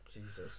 Jesus